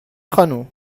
خانم